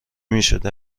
میشد